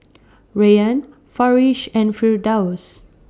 Rayyan Farish and Firdaus